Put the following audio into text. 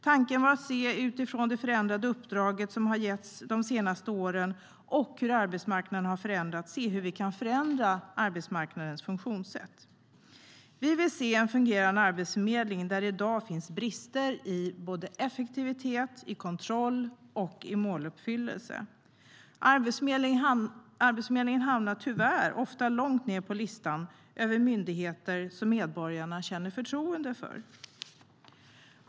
Tanken var att utifrån det förändrade uppdrag som har getts de senaste åren och hur arbetsmarknaden har förändrats se hur vi kan förändra arbetsmarknadens funktionssätt. Vi vill se en fungerande arbetsförmedling, men i dag finns det brister i såväl effektivitet och kontroll som måluppfyllelse. Arbetsförmedlingen hamnar tyvärr ofta långt ned på listan över myndigheter medborgarna känner förtroende för.